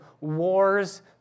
wars